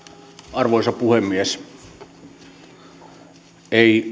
arvoisa puhemies ei